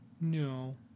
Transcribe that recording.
No